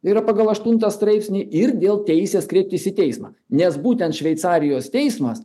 yra pagal aštuntą straipsnį ir dėl teisės kreiptis į teismą nes būtent šveicarijos teismas